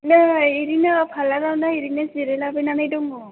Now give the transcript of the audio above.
नै ओरैनो फारलारआवनो ओरैनो जिरायलाबायनानै दङ